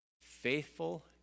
faithful